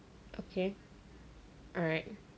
okay alright